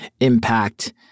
impact